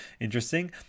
Interesting